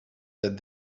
that